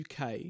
UK